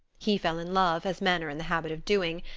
he fell in love, as men are in the habit of doing,